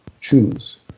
choose